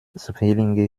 zwillinge